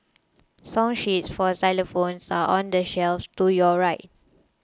song sheets for xylophones are on the shelf to your right